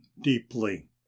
deeply